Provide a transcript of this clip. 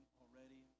already